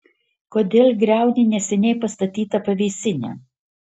kodėl griauni neseniai pastatytą pavėsinę